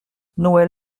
noël